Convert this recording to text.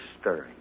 stirring